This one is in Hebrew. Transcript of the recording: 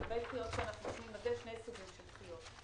לגבי דחיות שאנחנו נותנים יש שני סוגים של דחיות.